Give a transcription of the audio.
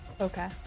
Okay